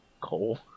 Coal